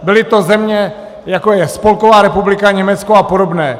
Byly to země, jako je Spolková republika Německo a podobné.